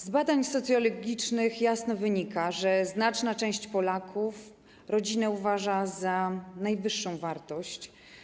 Z badań socjologicznych jasno wynika, że znaczna część Polaków rodzinę uważa za najwyższą wartość.